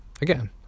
again